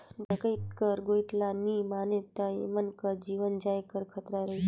डकइत कर गोएठ ल नी मानें ता एमन कर जीव जाए कर खतरा रहथे